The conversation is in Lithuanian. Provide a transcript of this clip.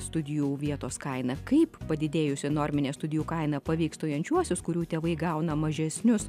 studijų vietos kaina kaip padidėjusi norminė studijų kaina paveiks stojančiuosius kurių tėvai gauna mažesnius